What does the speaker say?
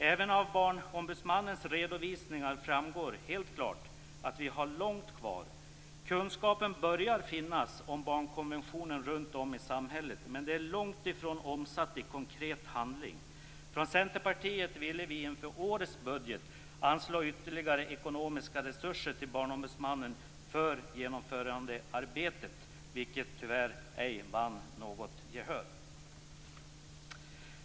Även av Barnombudsmannens redovisningar framgår helt klart att vi har lågt kvar. Kunskapen börjar att finnas om barnkonventionen runtom i samhället, men den är långt ifrån omsatt i konkret handling. Vi från Centerpartiet ville därför inför årets budget anslå ytterligare ekonomiska resurser till Barnombudsmannen för genomförandearbetet, vilket tyvärr ej vann något gehör.